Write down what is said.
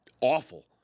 awful